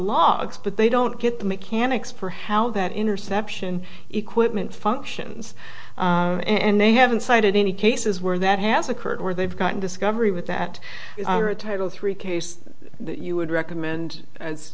logs but they don't get the mechanics for how that interception equipment functions and they haven't cited any cases where that has occurred where they've gotten discovery with that title three case that you would recommend as